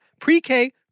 pre-K